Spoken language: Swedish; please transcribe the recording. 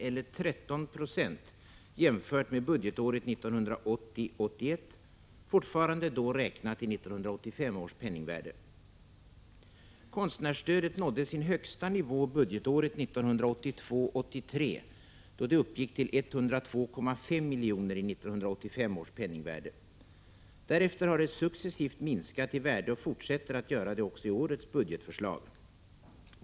eller 13 96 jämfört med budgetåret 1980 83, då det uppgick till 102,5 milj.kr. i 1985 års penningvärde. Därefter har det successivt minskat i värde och fortsätter att göra det också i årets budgetförslag.